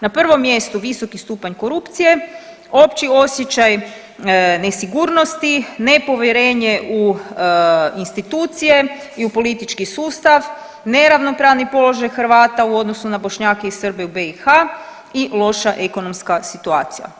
Na prvom mjestu visoki stupanj korupcije, opći osjećaj nesigurnosti, nepovjerenje u institucije i u politički sustav, neravnopravni položaj Hrvata u odnosu na Bošnjake i Srbe u BiH i loša ekonomska situacija.